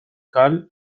cal